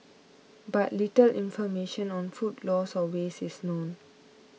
but little information on food loss or waste is known